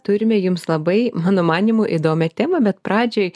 turime jums labai mano manymu įdomią temą bet pradžiai